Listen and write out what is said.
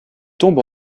tombe